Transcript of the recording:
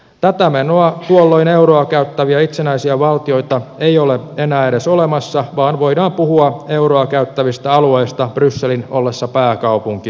tätä menoa tuolloin euroa käyttäviä itsenäisiä valtioita ei ole enää edes olemassa vaan voidaan puhua euroa käyttävistä alueista brysselin ollessa pääkaupunki